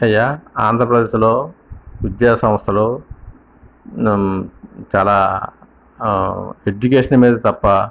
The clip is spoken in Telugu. అయ్యా ఆంధ్రప్రదేశ్లో విద్యాసంస్థలు చాలా ఎడ్యుకేషన్ మీద తప్ప